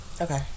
Okay